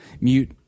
Mute